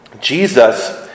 Jesus